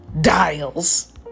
DIALS